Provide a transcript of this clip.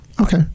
Okay